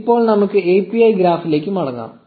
1228 ഇപ്പോൾ നമുക്ക് API ഗ്രാഫിലേക്ക് മടങ്ങാം